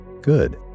Good